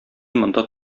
монда